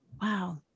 wow